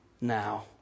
now